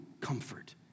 comfort